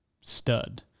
stud